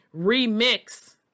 remix